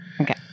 Okay